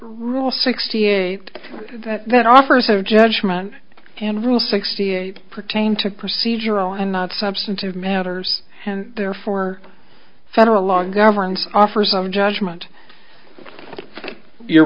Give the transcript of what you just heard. rule sixty eight that that offers a judgment and rule sixty eight pertain to procedural and substantive matters and therefore federal law governs offers of judgement you're